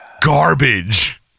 garbage